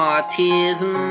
autism